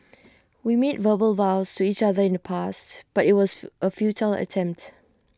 we made verbal vows to each other in the past but IT was A fu A futile attempt